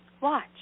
Watch